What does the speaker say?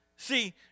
See